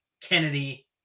Kennedy